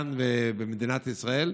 במדינת ישראל,